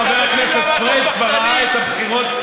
חבר הכנסת פריג' כבר ראה את הבחירות,